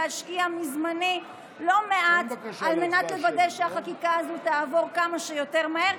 ואשקיע מזמני לא מעט על מנת לוודא שהחקיקה הזו תעבור כמה שיותר מהר.